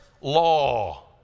law